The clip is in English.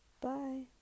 bye